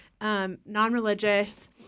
non-religious